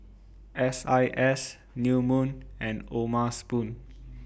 S I S New Moon and O'ma Spoon